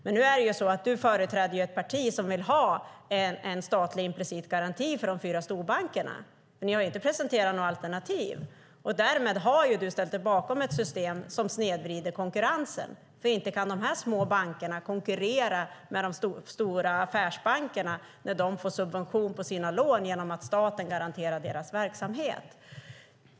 Men du företräder ett parti som vill ha en statlig implicit garanti för de fyra storbankerna, men ni har inte presenterat något alternativ. Därmed har du ställt dig bakom ett system som snedvrider konkurrensen. Inte kan de små bankerna konkurrera med de stora affärsbankerna när dessa får subventioner på sina lån genom att staten garanterar deras verksamhet.